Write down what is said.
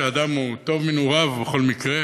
שאדם הוא טוב מנעוריו בכל מקרה